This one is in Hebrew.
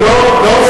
הם לא סגרו,